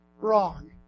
wrong